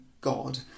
God